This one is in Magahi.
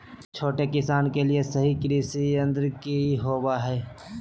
छोटे किसानों के लिए सही कृषि यंत्र कि होवय हैय?